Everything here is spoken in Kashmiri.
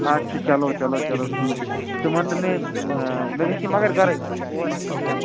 اَدٕ سا چلو چلو چلو ٹھیٖک چھِٕ ژٕ وَنتہٕ مےٚ مےٚ گژھِی مگر گَرٕے واتٕنۍ اور ہٮ۪کہٕ نہٕ بہٕ یِتھ